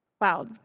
Wow